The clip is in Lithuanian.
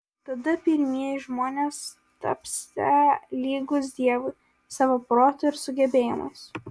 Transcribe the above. tada pirmieji žmonės tapsią lygūs dievui savo protu ir sugebėjimais